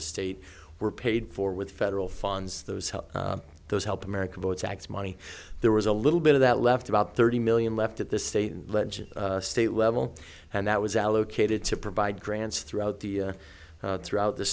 the state were paid for with federal funds those help those help america votes x money there was a little bit of that left about thirty million left at the state legit state level and that was allocated to provide grants throughout the throughout the